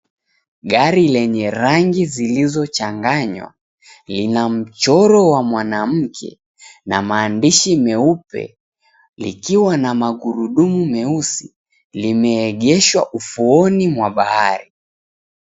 Gari lenye rangi zilizochanganywa lina mchoro wa mwanamke na maandishi meupe, ikiwa na magurudumu meusi limeegeshwa ufuoni mwa bahari